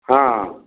ହଁ